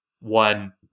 one